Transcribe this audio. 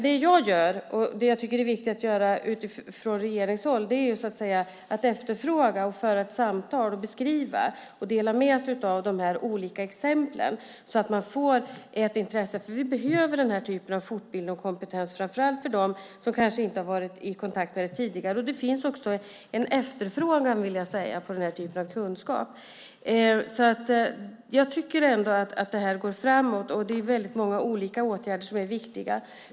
Det som jag tycker är viktigt att efterfråga från regeringshåll är samtal och att beskriva och dela med sig av de olika exemplen så att man får ett intresse, för den här typen av fortbildning och kompetens behövs, framför allt för dem som kanske inte har varit i kontakt med de här brotten tidigare. Det finns också en efterfrågan på den här typen av kunskap. Jag tycker ändå att det här går framåt, och det genomförs väldigt många olika åtgärder som är viktiga.